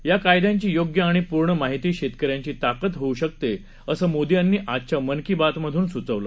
या कायद्यांची योग्य आणि पूर्ण माहिती शेतकऱ्यांची ताकद होऊ शकते असं मोदी यांनी आजच्या मन की बातमधून स्चवलं